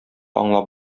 аңлап